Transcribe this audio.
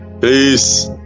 Peace